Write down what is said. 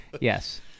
Yes